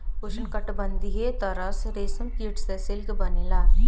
उष्णकटिबंधीय तसर रेशम कीट से सिल्क बनेला